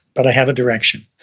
but i have a direction.